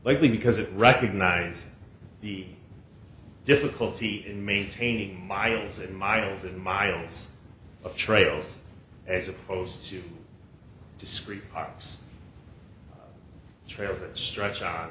likely because it recognizes the difficulty in maintaining miles and miles and miles of trails as opposed to discrete parks trails that stretch o